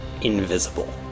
invisible